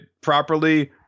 properly